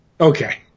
Okay